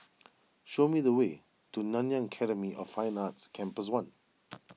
show me the way to Nanyang Academy of Fine Arts Campus one